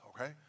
okay